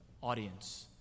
audience